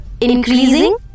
increasing